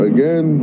Again